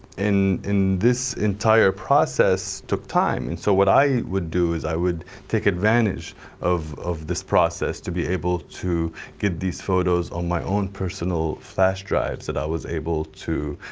and this entire process took time, and so what i would do is, i would take advantage of of this process, to be able to get these photos on my own personal flash drive that i was able to,